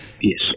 yes